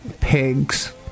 pigs